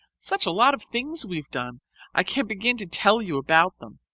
such a lot of things we've done i can't begin to tell you about them.